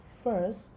First